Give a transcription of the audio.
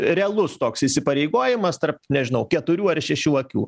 realus toks įsipareigojimas tarp nežinau keturių ar šešių akių